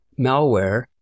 Malware